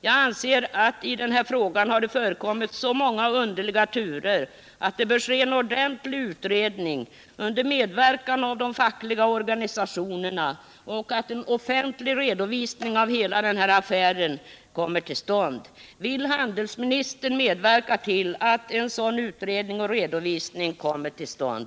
Jag anser att i den här frågan har det förekommit så många underliga turer att det bör göras en ordentlig utredning under medverkan av de fackliga organisationerna och att hela denna affär bör redovisas offentligt. Vill handelsministern medverka till att en sådan utredning och redovisning kommer till stånd?